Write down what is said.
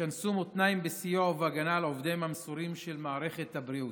ישנסו מותניים בסיוע ובהגנה על עובדיהם המסורים של מערכת הבריאות.